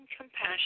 compassion